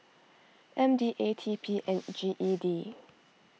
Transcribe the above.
M D A T P and G E D